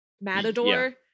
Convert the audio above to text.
matador